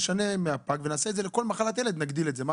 שנשנה את זה מפג ונגדיל את זה לכל מחלת ילד.